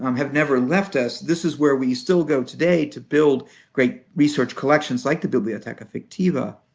um have never left us. this is where we still go today to build great research collections like the bibliotheca fictiva.